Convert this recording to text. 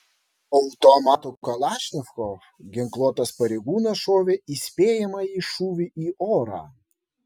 automatu kalašnikov ginkluotas pareigūnas šovė įspėjamąjį šūvį į orą